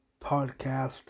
podcast